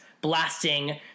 blasting